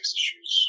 issues